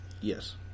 Yes